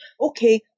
Okay